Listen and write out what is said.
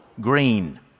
green